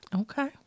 Okay